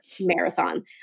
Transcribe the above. marathon